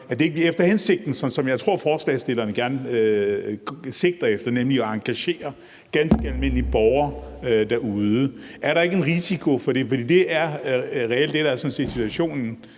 at det ikke bliver efter det, som jeg tror forslagsstillerne sigter efter, nemlig at engagere ganske almindelige borgere derude? Er der ikke en risiko for det, for det er vel reelt det, der sådan set er situationen